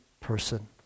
person